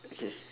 okay